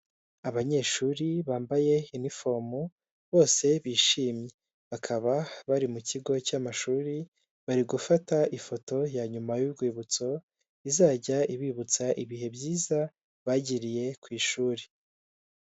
Abanyeshuri bambaye inifomu bose bishimye bakaba bari mu kigo cy'amashuri, bari gufata ifoto ya nyuma y'urwibutso izajya ibibutsa ibihe byiza bagiriye ku ishuri.